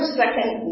second